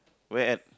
where at